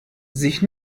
sich